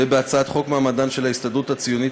ובהצעת חוק מעמדן של ההסתדרות הציונית